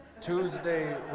Tuesday